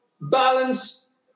balance